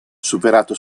superato